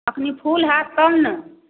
अखनी फूल हैत तहन ने